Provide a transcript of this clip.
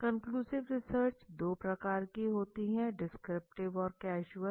conclusive research दो प्रकार की होती है डिस्क्रिप्टिव और कैज़ुअल